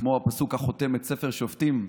כמו הפסוק החותם את ספר שופטים: